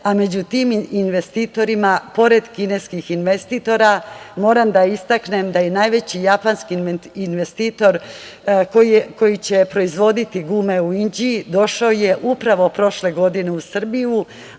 a među tim investitorima pored kineskih, moram da istaknem da je najveći japanski investitor koji će proizvoditi gume u Inđiji upravo je došao prošle godine u Srbiju,